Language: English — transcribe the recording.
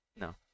No